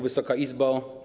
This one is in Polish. Wysoka Izbo!